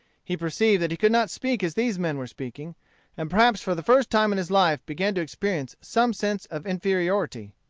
he perceived that he could not speak as these men were speaking and perhaps for the first time in his life began to experience some sense of inferiority.